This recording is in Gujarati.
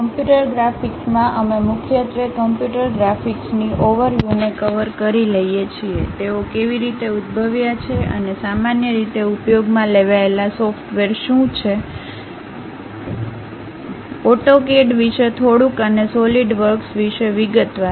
કમ્પ્યુટર ગ્રાફિક્સમાં અમે મુખ્યત્વે કમ્પ્યુટર ગ્રાફિક્સની ઓવરવ્યુને કવર કરી લઈએ છીએ તેઓ કેવી રીતે ઉદ્ભવ્યા છે અને સામાન્ય રીતે ઉપયોગમાં લેવાયેલા સોફ્ટવેર શું છે AutoCAD વિશે થોડુંક અને સોલિડ વર્ક્સ વિશે વિગતવાર